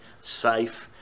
safe